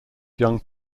young